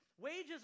Wages